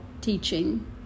teaching